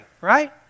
right